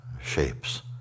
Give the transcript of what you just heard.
shapes